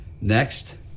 Next